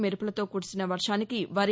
మెరుపులతో కురిసిన వర్వానికి వరి